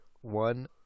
one